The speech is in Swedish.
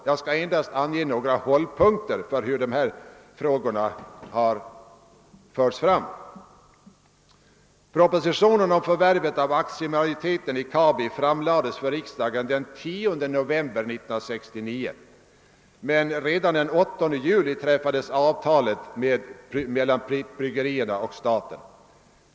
Jag tar därför endast några hållpunkter för hur dessa frågor har förts fram. Propositionen om förvärvet av aktiemajoriteten i AB Kabi framlades för riksdagen den 10 november 1969. Redan den 8 juli träffades avtal mellan Pripp-Bryggerierna och staten.